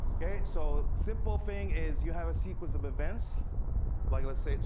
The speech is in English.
yeah so simple thing is you have a sequence of events like, let's say,